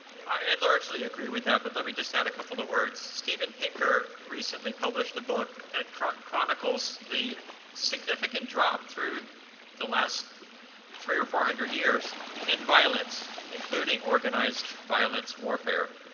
i and largely agree with that, but let me just have a couple of words. steven pinker recently published a book that chronicles the significant drop through the last three or four hundred years in violence, including organized violence warfare